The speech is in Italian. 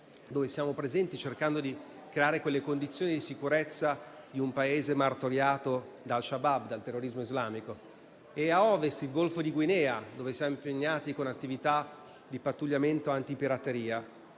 dove siamo presenti cercando di creare condizioni di sicurezza in un Paese martoriato da *Al-*Shabaab**, il terrorismo islamico; e ad Ovest vi è il Golfo di Guinea, dove siamo impegnati con attività di pattugliamento anti pirateria.